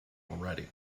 already